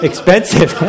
Expensive